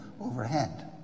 overhead